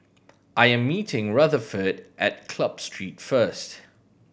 I am meeting Rutherford at Club Street first